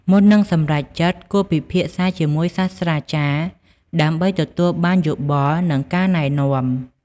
មុននឹងសម្រេចចិត្ត គួរពិភាក្សាជាមួយសាស្រ្តាចារ្យដើម្បីទទួលបានយោបល់ និងការណែនាំ។